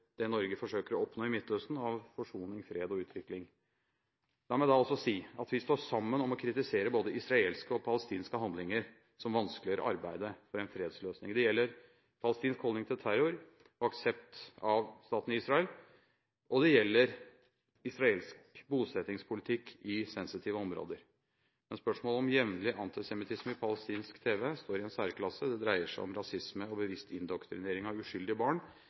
det Norge forsøker å oppnå i Midtøsten av forsoning, fred og utvikling. La meg da også si at vi står sammen om å kritisere både israelske og palestinske handlinger som vanskeliggjør arbeidet for en fredsløsning. Det gjelder palestinsk holdning til terror og aksept av staten Israel, og det gjelder israelsk bosettingspolitikk i sensitive områder. Men spørsmålet om jevnlig antisemittisme i palestinsk tv står i en særklasse. Det dreier seg om rasisme og bevisst indoktrinering av uskyldige barn